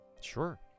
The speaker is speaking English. Sure